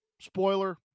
Spoiler